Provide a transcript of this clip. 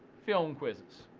film quizzes,